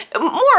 more